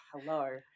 hello